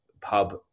pub